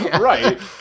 Right